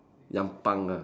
young punk ah